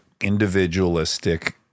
individualistic